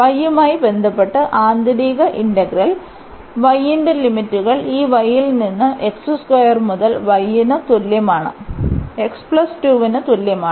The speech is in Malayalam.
Y യുമായി ബന്ധപ്പെട്ട് ആന്തരിക ഇന്റഗ്രൽ y ന്റെ ലിമിറ്റുകൾ ഈ y ൽ നിന്ന് മുതൽ y ന് തുല്യമാണ് ന് തുല്യമാണ്